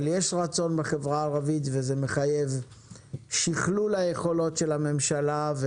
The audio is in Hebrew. אבל יש רצון בחברה הערבית וזה מחייב שכלול היכולות של הממשלה.